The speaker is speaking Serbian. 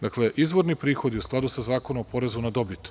Dakle, izvorni prihodi u skladu sa Zakonom o porezu na dobit